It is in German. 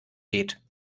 geht